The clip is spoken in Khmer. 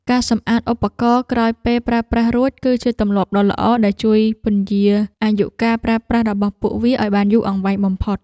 ការសម្អាតឧបករណ៍ក្រោយពេលប្រើប្រាស់រួច គឺជាទម្លាប់ដ៏ល្អដែលជួយពន្យារអាយុកាលប្រើប្រាស់របស់ពួកវាឱ្យបានយូរអង្វែងបំផុត។